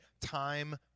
time